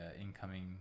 incoming